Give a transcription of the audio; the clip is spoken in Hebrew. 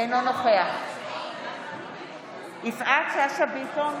אינו נוכח יפעת שאשא ביטון,